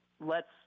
lets